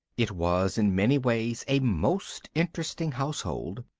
it was in many ways a most interesting household.